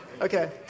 Okay